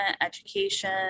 education